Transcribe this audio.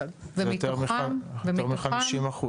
יותר מ-50%.